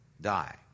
die